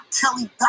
Kelly